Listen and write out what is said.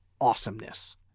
awesomeness